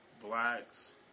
blacks